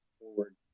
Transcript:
forward